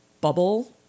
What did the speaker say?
bubble